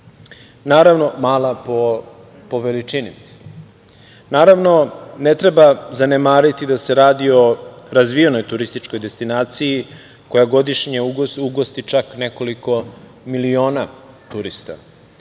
Naravno, mala po veličini. Ne treba zanemariti da se radi o razvijenoj turističkoj destinaciji koja godišnje ugosti čak nekoliko miliona